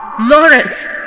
Lawrence